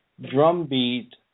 drumbeat